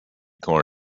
corn